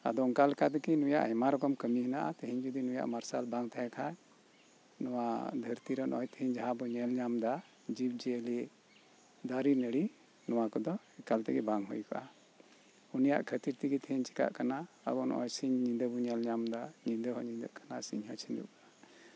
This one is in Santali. ᱟᱫᱚ ᱚᱱᱠᱟ ᱞᱮᱠᱟᱛᱮᱜᱮ ᱟᱭᱢᱟ ᱨᱚᱨᱠᱚᱢ ᱠᱟᱹᱢᱤ ᱢᱮᱱᱟᱜᱼᱟ ᱡᱚᱫᱤ ᱱᱩᱭᱟᱜ ᱢᱟᱨᱥᱟᱞ ᱵᱟᱝ ᱛᱟᱦᱮᱸᱜ ᱠᱷᱟᱡ ᱱᱚᱣᱟ ᱫᱷᱟᱹᱨᱛᱤ ᱨᱮᱦᱚᱸ ᱛᱮᱦᱮᱧ ᱱᱚᱜᱚᱭ ᱡᱟᱦᱟᱸᱵᱩᱱ ᱧᱮᱞᱧᱟᱢᱮᱫᱟ ᱡᱤᱵ ᱡᱤᱭᱟᱹᱞᱤ ᱫᱟᱨᱮ ᱱᱟᱹᱲᱤ ᱱᱚᱣᱟ ᱠᱚᱫᱚ ᱮᱠᱟᱞ ᱛᱮᱜᱮ ᱵᱟᱝ ᱦᱩᱭᱠᱚᱜᱼᱟ ᱩᱱᱤᱭᱟᱜ ᱠᱷᱟᱹᱛᱤᱨ ᱛᱮᱜᱮ ᱛᱮᱦᱮᱧ ᱪᱮᱠᱟᱜ ᱠᱟᱱᱟ ᱟᱵᱩ ᱱᱚᱜᱚᱭ ᱥᱤᱧ ᱧᱤᱫᱟᱹᱵᱩ ᱧᱮᱞᱧᱟᱢᱮᱫᱟ ᱧᱤᱫᱟᱹᱦᱚᱸ ᱧᱤᱫᱟᱹᱜ ᱠᱟᱱᱟ